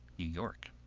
new york.